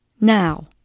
now